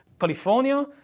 California